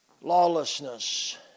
Lawlessness